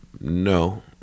no